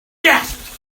gasped